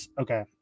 Okay